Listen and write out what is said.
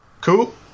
Cool